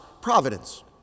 providence